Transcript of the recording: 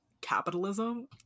Capitalism